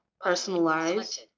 Personalized